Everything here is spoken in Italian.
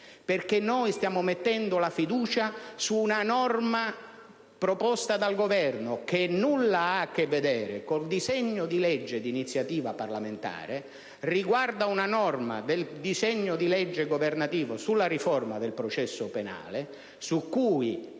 ponendo infatti la fiducia su una norma proposta dal Governo che nulla ha a che vedere con il disegno di legge d'iniziativa parlamentare, che è parte del disegno di legge governativo sulla riforma del processo penale, su cui,